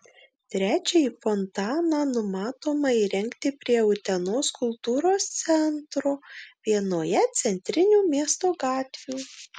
trečiąjį fontaną numatoma įrengti prie utenos kultūros centro vienoje centrinių miesto gatvių